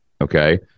Okay